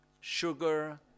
sugar